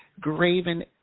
graven